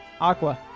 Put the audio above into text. Aqua